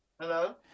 Hello